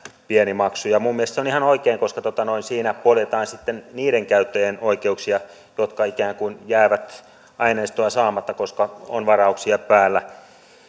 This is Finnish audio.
pieni maksu minun mielestäni se on ihan oikein koska siinä poljetaan sitten niiden käyttäjien oikeuksia jotka ikään kuin jäävät aineistoa saamatta koska on varauksia päällä